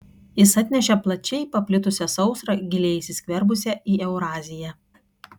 jis atnešė plačiai paplitusią sausrą giliai įsiskverbusią į euraziją